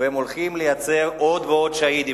והם הולכים לייצר עוד ועוד שהידים.